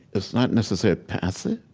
it's not necessarily passive.